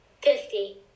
fifty